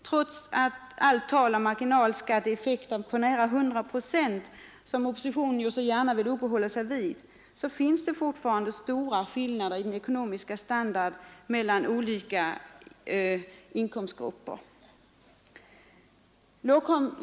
Trots allt tal om marginalskatteffekter på nära 100 procent som oppositionen ju så gärna vill uppehålla sig vid finns det fortfarande stora skillnader i den ekonomiska standarden mellan olika inkomstgrupper.